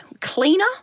cleaner